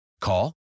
Call